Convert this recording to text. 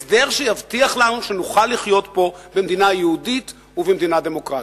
הסדר שיבטיח לנו שנוכל לחיות פה במדינה יהודית ובמדינה דמוקרטית.